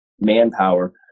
manpower